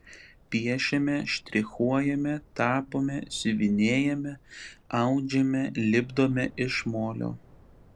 piešiame štrichuojame tapome siuvinėjame audžiame lipdome iš molio